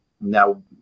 now